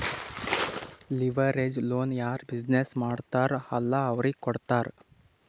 leverage loan ಯಾರ್ business ಮಾಡ್ತಾರ್ ಅಲ್ಲಾ ಅವ್ರಿಗೆ ಕೊಡ್ತಾರ್